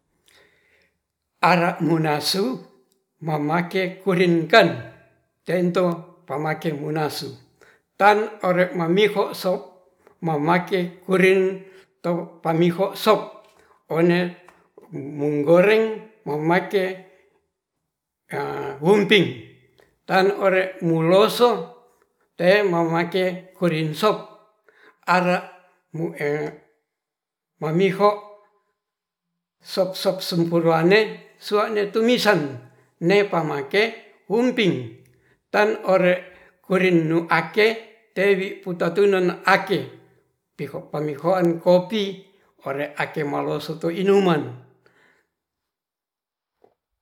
Ara munasu mamake kuringken tento pamake munasu tan ore mamihofo sop mamake kurin pamiho sop one munggoreng memake wungping tan ore muloso tae mamake kurin sop are mamiho sop-sop sumperane sua'ne tumisan ne pamake wuniping tan ore kuring nyu ake tewi putatuna nu ake piho pamihoan kopi ore ake malosu tuinuman